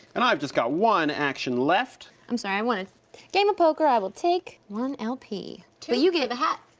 and i've just got one action left. i'm sorry, i won a game of poker, i will take one lp. but you gave a hat.